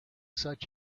such